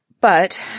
But